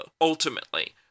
ultimately